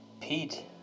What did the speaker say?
Pete